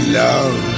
love